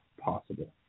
possible